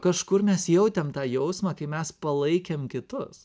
kažkur mes jautėm tą jausmą kai mes palaikėm kitus